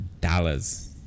dollars